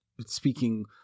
speaking